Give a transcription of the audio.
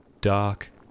dark